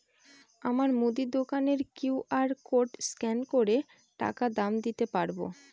আমার মুদি দোকানের কিউ.আর কোড স্ক্যান করে টাকা দাম দিতে পারব?